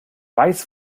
weiß